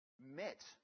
met